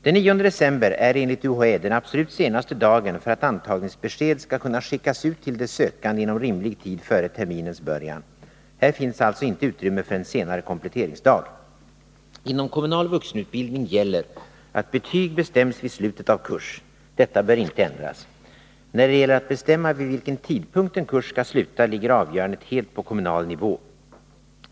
Den 9 december är enligt UHÄ den absolut senaste dagen för att antagningsbesked skall kunna skickas ut till de sökande inom rimlig tid före terminens början. Här finns alltså inte utrymme för en senare kompletteringsdag. kurs. Detta bör inte ändras. När det gäller att bestämma vid vilken tidpunkt en kurs skall sluta ligger avgörandet helt på kommunal nivå.